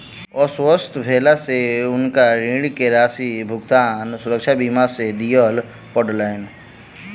अस्वस्थ भेला से हुनका ऋण के राशि भुगतान सुरक्षा बीमा से दिय पड़लैन